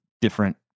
different